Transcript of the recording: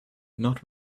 not